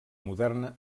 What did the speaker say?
moderna